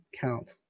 count